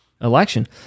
election